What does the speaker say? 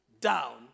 down